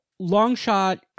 Longshot